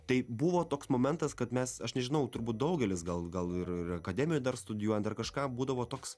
tai buvo toks momentas kad mes aš nežinau turbūt daugelis gal gal ir ir akademijoj dar studijuojant ar kažką būdavo toks